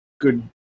good